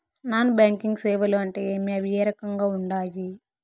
non banking సేవలు అంటే ఏమి అవి ఏ రకంగా ఉండాయి